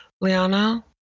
Liana